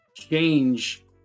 change